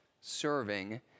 serving